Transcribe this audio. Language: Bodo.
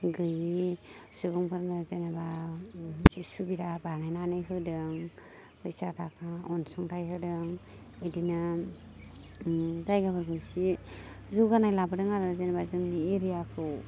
गैयै सुबुंफोरनो जेनेबा सुबिदा बानायनानै होदों फैसा थाखा अनसुंथाइ होदों बिदिनो जायगाफोरखौ एसे जौगानाय लाबोदों आरो जेनेबा जोंनि एरियाखौ